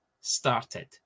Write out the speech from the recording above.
started